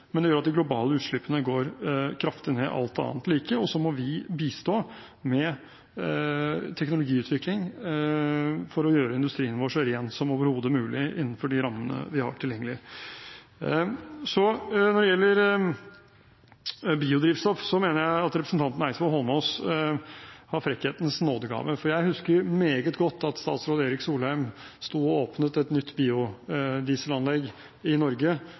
men det gjør at de globale utslippene går kraftig ned alt annet like, og så må vi bistå med teknologiutvikling for å gjøre industrien vår så ren som overhodet mulig innenfor de rammene vi har tilgjengelig. Når det gjelder biodrivstoff, mener jeg at representanten Eidsvoll Holmås har frekkhetens nådegave, for jeg husker meget godt at daværende statsråd Erik Solheim åpnet et nytt biodieselanlegg i Norge,